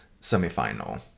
semi-final